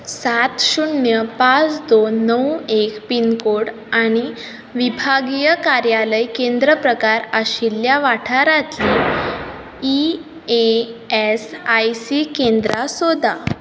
सात शुन्य पांच दोन णव एक पिनकोड आनी विभागीय कार्यालय केंद्र प्रकार आशिल्ल्या वाठारांतली ई एस आय सी केंद्रां सोदा